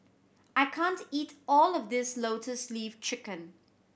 I can't eat all of this Lotus Leaf Chicken